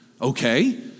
Okay